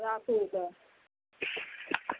आब ठीक अइ